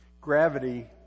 Gravity